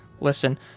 listen